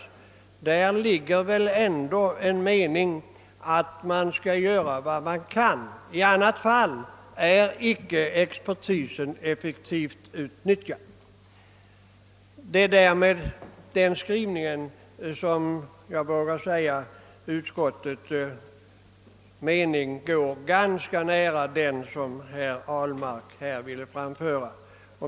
I detta uttalande ligger väl ändå den meningen att man skall göra vad man kan; i annat fall är expertisen inte effektivt utnyttjad. Jag vågar säga att utskottet med denna skrivning går ganska nära den uppfattning herr Ahlmark här velat framföra.